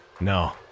No